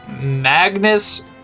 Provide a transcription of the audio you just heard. Magnus